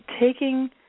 taking